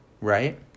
right